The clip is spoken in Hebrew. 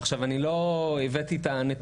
עכשיו אני לא הבאתי את הנתונים האלה,